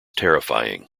terrifying